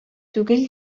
түгел